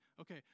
okay